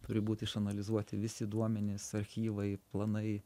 turi būt išanalizuoti visi duomenys archyvai planai